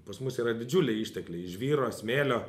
pas mus yra didžiuliai ištekliai žvyro smėlio